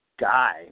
guy